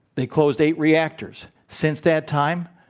they closed eight reactors. since that time,